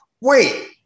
wait